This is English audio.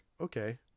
okay